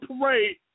parade